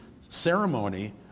ceremony